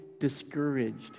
discouraged